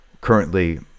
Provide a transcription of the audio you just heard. currently